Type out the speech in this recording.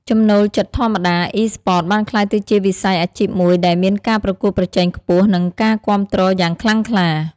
ចំណូលចិត្តធម្មតា Esports បានក្លាយទៅជាវិស័យអាជីពមួយដែលមានការប្រកួតប្រជែងខ្ពស់ និងការគាំទ្រយ៉ាងខ្លាំងក្លា។